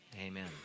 amen